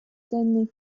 suddenly